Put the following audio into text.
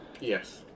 Yes